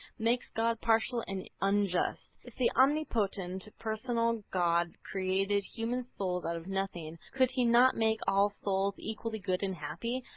makes god partial and unjust. if the omnipotent personal god created human souls out of nothing, could he not make all souls equally good and happy?